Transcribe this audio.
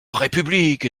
république